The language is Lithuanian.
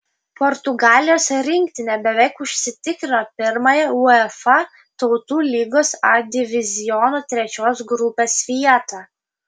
portugalijos rinktinė beveik užsitikrino pirmąją uefa tautų lygos a diviziono trečios grupės vietą